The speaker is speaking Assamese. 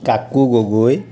কাকু গগৈ